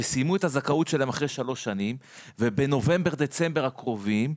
שסיימו את הזכאות שלהם אחרי שלוש שנים ובנובמבר-דצמבר הקרובים,